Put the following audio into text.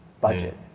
budget